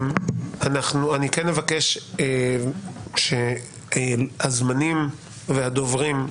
אני כן מבקש להקפיד על הזמנים והדוברים.